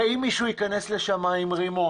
שאם מישהו ייכנס לשם עם רימון